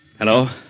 Hello